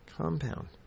compound